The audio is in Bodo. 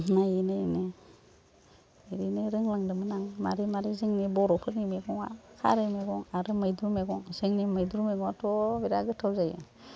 नायै नायैनो ओरैनो रोंलांदोंमोन आं माबोरै माबोरै जोंनि बर'फोरनि मैगङा खारै मैगं आरो मैद्रु मैगं जोंनि मैद्रु मैगङाथ' बिराद गोथाव जायो